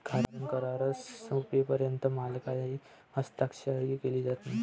कारण करार संपेपर्यंत मालकी हस्तांतरित केली जात नाही